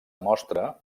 mostra